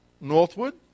northward